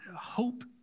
hope